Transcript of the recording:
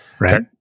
right